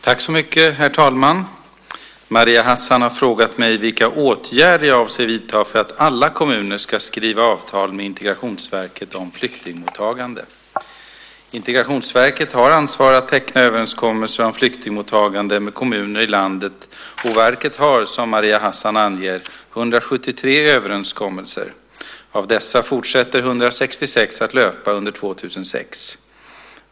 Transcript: Herr talman! Maria Hassan har frågat mig vilka åtgärder jag avser att vidta för att alla kommuner ska skriva avtal med Integrationsverket om flyktingmottagande. Integrationsverket har ansvaret att teckna överenskommelser om flyktingmottagande med kommunerna i landet, och verket har, som Maria Hassan anger, 173 överenskommelser. Av dessa fortsätter 166 att löpa under 2006.